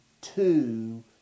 two